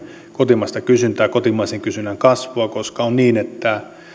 kotimaista kysyntää kotimaisen kysynnän kasvua koska on niin että